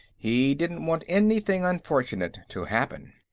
he didn't want anything unfortunate to happen.